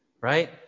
right